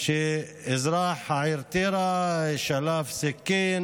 שאזרח העיר טירה שלף סכין,